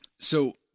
so.